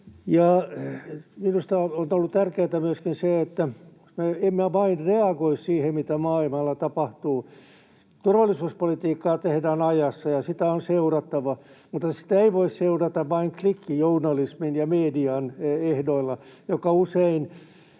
Minusta on ollut tärkeätä myöskin se, että me emme vain reagoi siihen, mitä maailmalla tapahtuu. Turvallisuuspolitiikkaa tehdään ajassa, ja sitä on seurattava, mutta sitä ei voi seurata vain klikkijournalismin ja median ehdoilla, joilla on usein